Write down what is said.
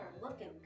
looking